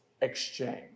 exchange